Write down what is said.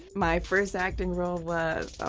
my first acting role was, oh